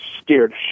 scared